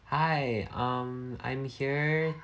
hi um I'm here